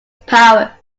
power